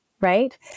right